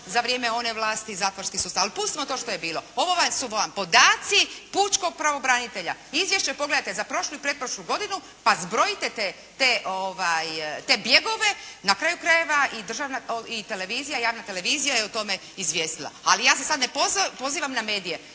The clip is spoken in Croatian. za vrijeme one vlasti zatvorski sustav. Ali pustimo to što je bilo. Ovo su vam podaci pučkog pravobranitelja. Izvješće pogledajte za prošlu i pretprošlu godinu, pa zbrojite te bjegove. Na kraju krajeva i televizija, javna televizija je o tome izvijestila. Ali ja se sad ne pozivam na medije